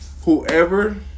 Whoever